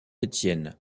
étienne